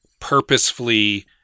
purposefully